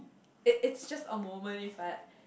it it's just a moment if what